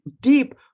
deep